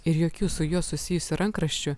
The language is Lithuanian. ir jokių su juo susijusių rankraščių